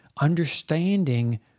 understanding